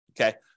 okay